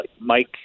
Mike